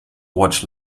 watch